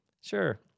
sure